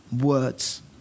words